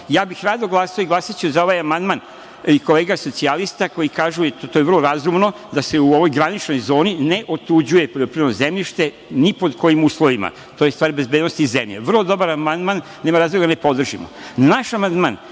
Ja bih rado glasao i glasaću za ovaj amandman i kolega socijalista, koji kaže da je to vrlo razumno da se u ovoj graničnoj zoni ne otuđuje poljoprivredno zemljište ni pod kojim uslovima, to je stvar bezbednosti iz zemlje. Vrlo dobar amandman, nema razloga da ga ne podržimo. Naš amandman